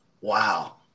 Wow